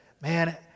man